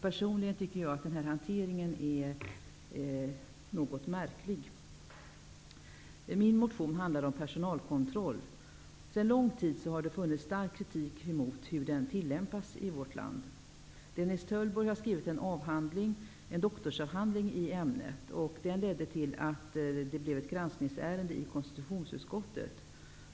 Personligen tycker jag att den här hanteringen är något märklig. Min motion handlar om personalkontroll. Sedan lång tid har det funnits stark kritik mot hur personalkontrollen tillämpas i vårt land. Dennis Töllborg har skrivit en doktorsavhandling i ämnet. Den ledde till att konstitutionsutskottet tog upp ämnet för granskning.